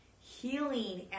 healing